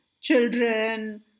children